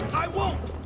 i won't!